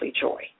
joy